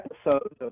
episodes